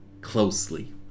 Closely